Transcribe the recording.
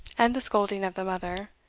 and the scolding of the mother,